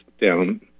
down